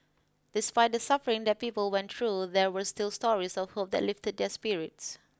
despite the suffering that people went through there were still stories of hope that lifted their spirits